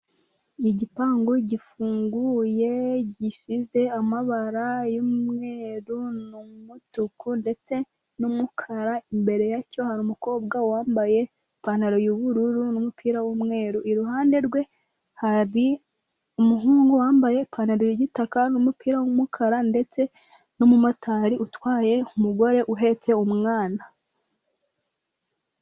Igipangu gifunguye gisize amabara y'umweru, n'umutuku, ndetse n'umukara, imbere yacyo hari umukobwa wambaye ipantaro y'ubururu, n'umupira w'umweru, iruhande rwe hari umuhungu wambaye ipantaro y'igitaka, n'umupira w'umukara, ndetse n'umumotari utwaye umugore uhetse umwana.